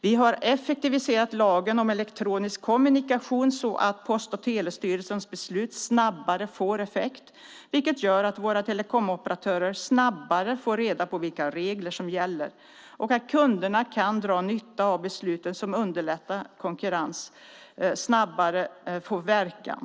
Vi har effektiviserat lagen om elektronisk kommunikation så att Post och telestyrelsens beslut snabbare får effekt, vilket gör att våra telekomoperatörer snabbare får reda på vilka regler som gäller, och kunderna kan dra nytta av att besluten som underlättar konkurrens snabbare får verkan.